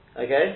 okay